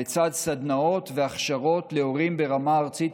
לצד סדנאות והכשרות להורים ברמה ארצית,